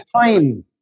time